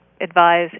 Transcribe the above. advise